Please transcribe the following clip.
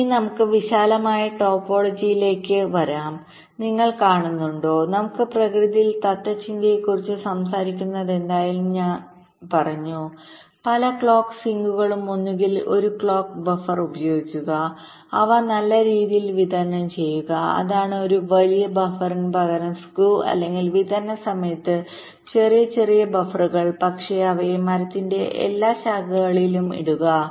ഇനി നമുക്ക് വിശാലമായ ടോപ്പോളജിയിലേക്ക്broad topologiesവരാം നിങ്ങൾ കാണുന്നുണ്ടോ നമ്മൾ പ്രകൃതിയിൽ തത്ത്വചിന്തയെക്കുറിച്ച് സംസാരിച്ചതെന്തായാലും ഞാൻ പറഞ്ഞു പല ക്ലോക്ക് സിങ്കുകളുംഒന്നുകിൽ ഒരു ക്ലോക്ക് ബഫർഉപയോഗിക്കുക അവ നല്ല രീതിയിൽ വിതരണം ചെയ്യുക അതായത് ഒരു വലിയ ബഫറിന് പകരം സ്കൂ അല്ലെങ്കിൽ വിതരണ സമയത്ത് ചെറിയ ചെറിയ ബഫറുകൾ പക്ഷേ അവയെ മരത്തിന്റെ എല്ലാ ശാഖകളിലും ഇടുക